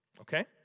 okay